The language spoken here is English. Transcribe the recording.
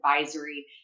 advisory